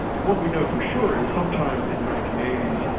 what we know for sure is sometime in the nineteen eighty s,